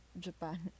Japan